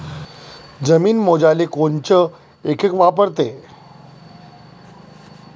जमीन मोजाले कोनचं एकक वापरते?